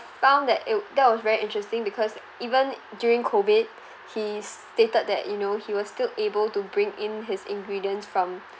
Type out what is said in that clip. found that it w~ that was very interesting because even during COVID he stated that you know he was still able to bring in his ingredients from